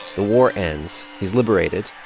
the war ends. he's liberated,